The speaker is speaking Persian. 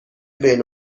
بین